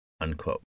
unquote